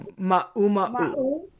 ma'u